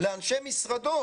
לאנשי משרדו